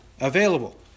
available